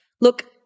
look